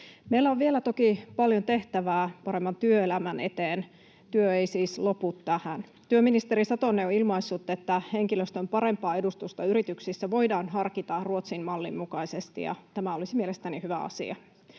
Meillä on vielä toki paljon tehtävää paremman työelämän eteen. Työ ei siis lopu tähän. Työministeri Satonen on ilmaissut, että henkilöstön parempaa edustusta yrityksissä voidaan harkita Ruotsin mallin mukaisesti, ja tämä olisi mielestäni hyvä asia.